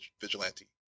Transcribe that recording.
vigilante